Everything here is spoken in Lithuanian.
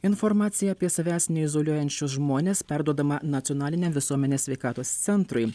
informacija apie savęs neizoliuojančius žmones perduodama nacionaliniam visuomenės sveikatos centrui